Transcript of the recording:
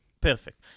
perfect